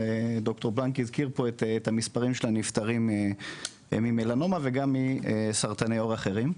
ד"ר בלנק הזכיר פה את המספרים של הנפטרים ממלנומה וגם מסרטני עור אחרים.